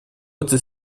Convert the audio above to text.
этой